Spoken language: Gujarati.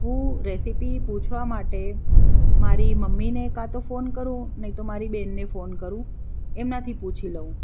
હું રેસીપી પૂછવા માટે મારી મમ્મીને કાં તો ફોન કરું નહીં તો મારી બેનને ફોન કરું એમનાથી પૂછી લઉં